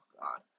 god